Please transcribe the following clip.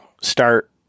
start